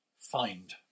Find